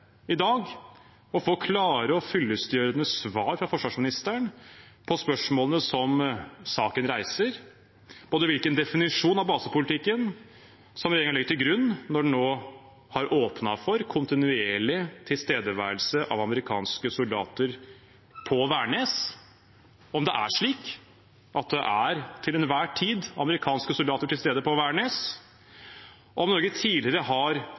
i dag å få klare og fyllestgjørende svar fra forsvarsministeren på spørsmålene som saken reiser, både hvilken definisjon av basepolitikken regjeringen legger til grunn når den nå har åpnet for kontinuerlig tilstedeværelse av amerikanske soldater på Værnes, om det er slik at det til enhver tid er amerikanske soldater til stede på Værnes, om Norge tidligere har